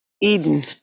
Eden